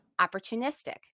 opportunistic